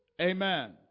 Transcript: Amen